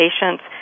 patients